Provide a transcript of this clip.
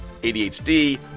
ADHD